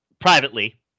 privately